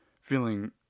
feeling